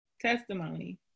testimony